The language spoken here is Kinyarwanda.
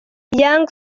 young